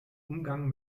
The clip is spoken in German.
umgang